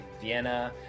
Vienna